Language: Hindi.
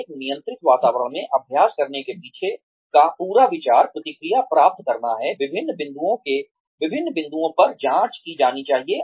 एक नियंत्रित वातावरण में अभ्यास करने के पीछे का पूरा विचार प्रतिक्रिया प्राप्त करना है विभिन्न बिंदुओं पर जांच की जानी है